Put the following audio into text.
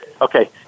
Okay